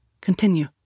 continue